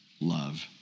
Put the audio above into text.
love